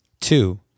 Two